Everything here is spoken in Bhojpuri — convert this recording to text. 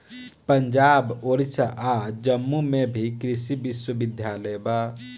पंजाब, ओडिसा आ जम्मू में भी कृषि विश्वविद्यालय बा